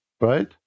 right